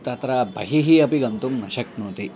तत्र बहिः अपि गन्तुं न शक्नोति